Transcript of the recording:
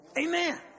Amen